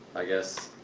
i guess.